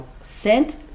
sent